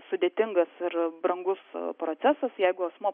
sudėtingas ir brangus procesas jeigu asmuo